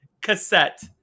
Cassette